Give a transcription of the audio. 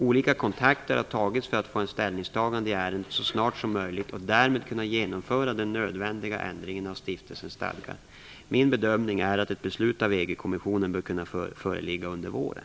Olika kontakter har tagits för att få ett ställningstagande i ärendet så snart som möjligt och därmed kunna genomföra den nödvändiga ändringen av stiftelsens stadgar. Min bedömning är att ett beslut av EG kommissionen bör kunna föreligga under våren.